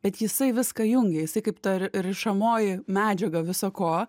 bet jisai viską jungia jisai kaip ta ri rišamoji medžiaga visa ko